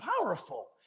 powerful